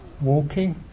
walking